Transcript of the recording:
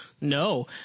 No